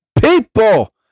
people